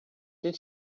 did